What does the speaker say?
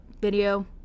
video